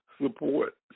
support